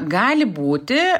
gali būti